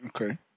Okay